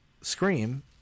Scream